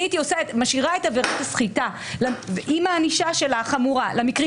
אני הייתי משאירה את עבירת הסחיטה עם הענישה שלה החמורה למקרים